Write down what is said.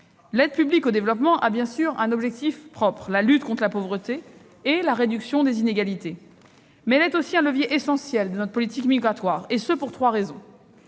L'aide publique au développement a bien sûr un objectif propre : la lutte contre la pauvreté et la réduction des inégalités. Mais elle est aussi un levier essentiel de notre politique migratoire, et ce pour trois raisons.